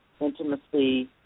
intimacy